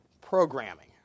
programming